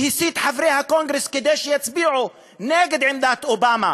והסית את חברי הקונגרס שיצביעו נגד עמדת אובמה